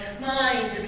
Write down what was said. mind